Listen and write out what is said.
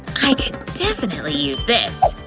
i could definitely use this!